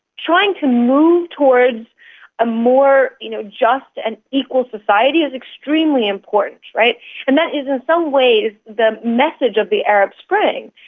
trying to move towards a more you know just and equal society is extremely important. and that is ah some ways the message of the arab spring.